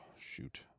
shoot